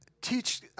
teach